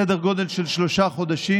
סדר גודל של שלושה חודשים.